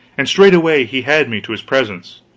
and straightway he had me to his presence.